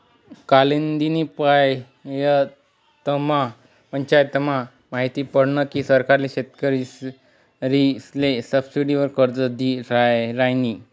कालदिन पंचायतमा माहिती पडनं की सरकार शेतकरीसले सबसिडीवालं कर्ज दी रायनी